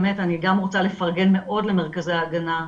באמת אני גם רוצה לפרגן מאוד למרכזי ההגנה,